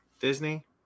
Disney